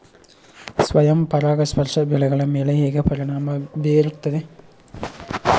ಸ್ವಯಂ ಪರಾಗಸ್ಪರ್ಶ ಬೆಳೆಗಳ ಮೇಲೆ ಹೇಗೆ ಪರಿಣಾಮ ಬೇರುತ್ತದೆ?